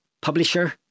Publisher